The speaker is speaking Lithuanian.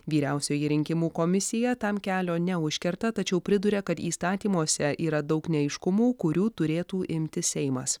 vyriausioji rinkimų komisija tam kelio neužkerta tačiau priduria kad įstatymuose yra daug neaiškumų kurių turėtų imtis seimas